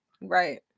Right